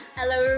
Hello